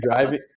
driving